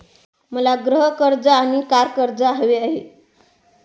मला गृह कर्ज आणि कार कर्ज हवे आहे